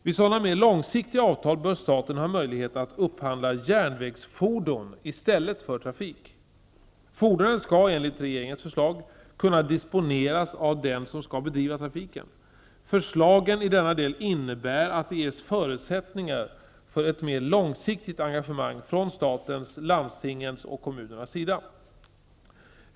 Vid sådana mer långsiktiga avtal bör staten ha möjlighet att upphandla järnvägsfordon i stället för trafik. Fordonen skall, enligt regeringens förslag, kunna disponeras av den som skall bedriva trafiken. Förslagen i denna del innebär att det ges förutsättningar för ett mer långsiktigt engagemang från statens, landstingens och kommunernas sida.